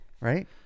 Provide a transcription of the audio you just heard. Right